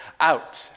out